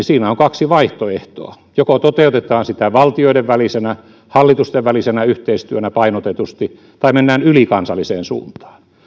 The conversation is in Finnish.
siinä on kaksi vaihtoehtoa joko toteutetaan sitä valtioiden välisenä hallitusten välisenä yhteistyönä painotetusti tai mennään ylikansalliseen suuntaan